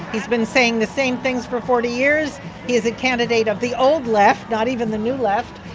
he's been saying the same things for forty years. he is a candidate of the old left, not even the new left.